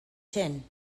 tin